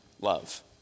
love